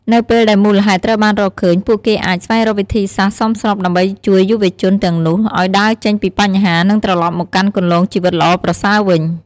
នៅពេលដែលមូលហេតុត្រូវបានរកឃើញ ពួកគេអាច ស្វែងរកវិធីសាស្រ្តសមស្របដើម្បីជួយយុវជនទាំងនោះ ឱ្យដើរចេញពីបញ្ហា និងត្រឡប់មកកាន់គន្លងជីវិតល្អប្រសើរវិញ។